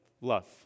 love